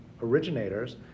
originators